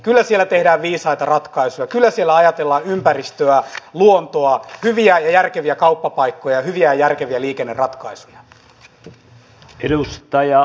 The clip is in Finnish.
kyllä siellä tehdään viisaita ratkaisuja kyllä siellä ajatellaan ympäristöä luontoa hyviä ja järkeviä kauppapaikkoja ja hyviä ja järkeviä liikenneratkaisuja